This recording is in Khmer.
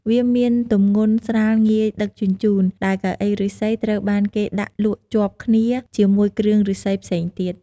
វាមានទំងន់ស្រាលងាយដឹកជញ្ជូន ដែលកៅអីឫស្សីត្រូវបានគេដាក់លក់ជាប់គ្នាជាមួយគ្រឿងឫស្សីផ្សេងទៀត។